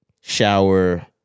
shower